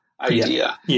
idea